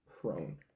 prone